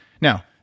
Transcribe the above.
Now